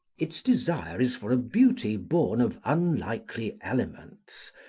its desire is for a beauty born of unlikely elements,